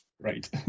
right